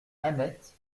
annette